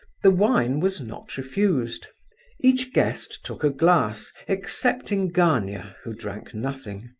the wine was not refused each guest took a glass excepting gania, who drank nothing.